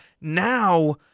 now